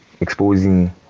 exposing